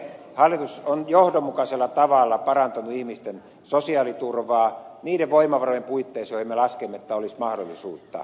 hallitus on johdonmukaisella tavalla parantanut ihmisten sosiaaliturvaa niiden voimavarojen puitteissa joihin me laskemme olevan mahdollisuutta